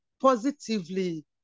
positively